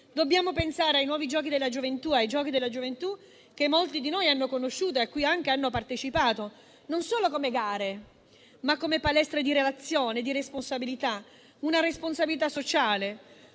Dobbiamo pensare ai Nuovi giochi della gioventù, e ai Giochi della gioventù che molti di noi hanno conosciuto e a cui hanno partecipato, non solo come gare, ma come palestra di relazioni e di responsabilità. Una responsabilità sociale.